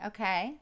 Okay